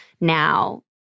now